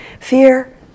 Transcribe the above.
fear